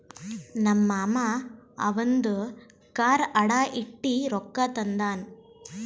ನಮ್ ಮಾಮಾ ಅವಂದು ಕಾರ್ ಅಡಾ ಇಟ್ಟಿ ರೊಕ್ಕಾ ತಂದಾನ್